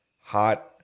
Hot